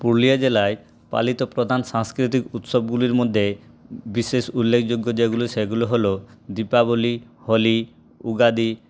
পুরুলিয়া জেলায় পালিত প্রধান সাংস্কৃতিক উৎসবগুলির মধ্যে বিশেষ উল্লেখযোগ্য যেগুলো সেগুলো হল দীপাবলি হোলি উগাদি